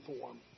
form